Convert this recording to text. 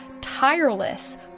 tireless